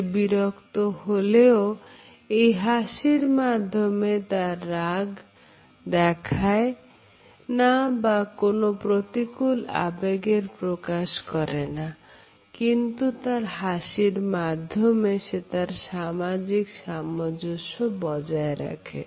সে বিরক্ত হলেও এই হাসির মাধ্যমে তার রাগ দেখায় না বা কোন প্রতিকূল আবেগের প্রকাশ করে না কিন্তু তার হাসির মাধ্যমে সে তার সামাজিক সামঞ্জস্য বজায় রাখে